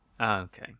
Okay